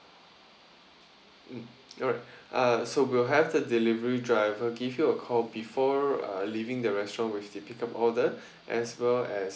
mm alright uh so we'll have the delivery driver give you a call before uh leaving the restaurant with the pick up order as well as